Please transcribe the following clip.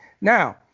Now